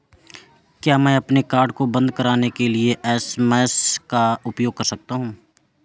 क्या मैं अपने कार्ड को बंद कराने के लिए एस.एम.एस का उपयोग कर सकता हूँ?